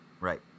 right